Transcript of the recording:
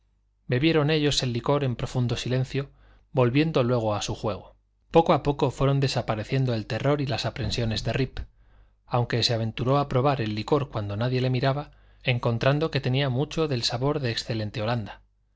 asustado bebieron ellos el licor en profundo silencio volviendo luego a su juego poco a poco fueron desapareciendo el terror y las aprensiones de rip aun se aventuró a probar el licor cuando nadie le miraba encontrando que tenía mucho del sabor de excelente holanda